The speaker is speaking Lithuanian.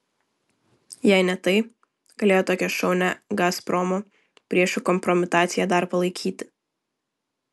jei ne tai galėjo tokią šaunią gazpromo priešų kompromitaciją dar palaikyti